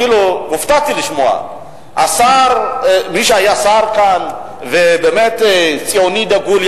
שהיום אפילו הופתעתי לשמוע שמי שהיה שר כאן ובאמת ציוני דגול,